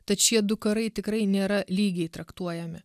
tad šie du karai tikrai nėra lygiai traktuojami